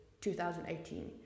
2018